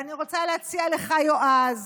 ואני רוצה להציע לך, יועז,